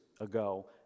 ago